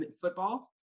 football